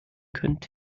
könnte